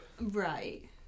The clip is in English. Right